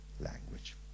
language